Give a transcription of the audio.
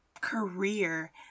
career